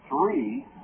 three